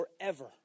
forever